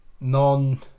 non